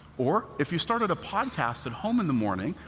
or if you started a podcast at home in the morning,